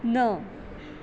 न